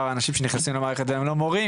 האנשים שנכנסים למערכת והם לא מורים,